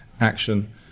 action